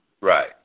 Right